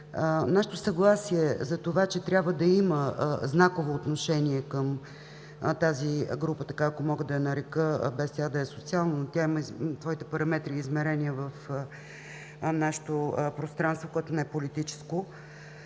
Нашето съгласие за това, че трябва да има знаково отношение към тази група, ако мога да я нарека така, без тя да е социална, но има своите параметри и измерения в нашето пространство, което не е политическо.